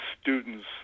students